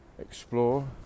explore